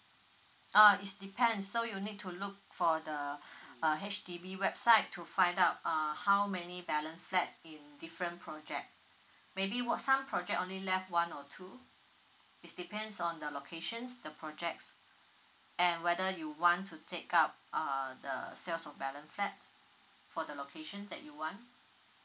uh is depend so you need to look for the uh H_D_B website to find out uh how many balance flats in different project maybe wa~ some project only left one or two is depends on the locations the projects and whether you want to take up uh the sales of balance flat for the location that you want